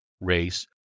race